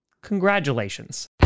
Congratulations